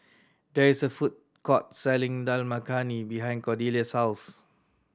there is a food court selling Dal Makhani behind Cordelia's house